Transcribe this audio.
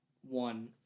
one